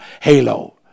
halo